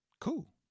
Cool